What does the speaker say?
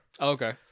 Okay